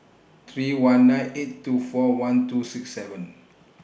three one nine eight two four one two six seven